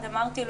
אמרתי לו